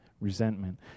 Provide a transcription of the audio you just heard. resentment